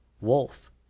wolf